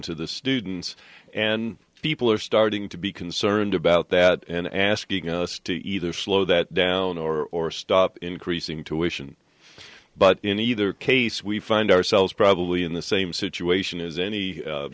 to the students and people are starting to be concerned about that and ask you ghost to either slow that down or stop increasing tuition but in either case we find ourselves probably in the same situation as any